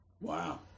Wow